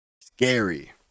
Scary